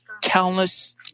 countless